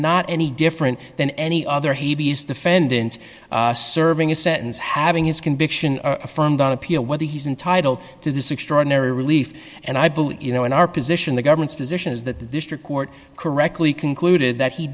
not any different than any other he defendant serving his sentence having his conviction affirmed on appeal whether he's entitled to this extraordinary relief and i believe you know in our position the government's position is that the district court correctly concluded that he